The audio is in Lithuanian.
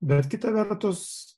bet kita vertus